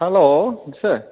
hello सोर